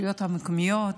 המקומיות,